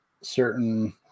certain